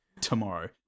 tomorrow